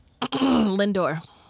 Lindor